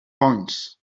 points